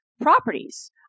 properties